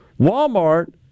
Walmart